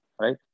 right